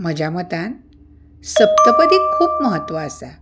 म्हज्या मतान खूब म्हत्व आसा